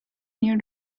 near